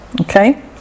Okay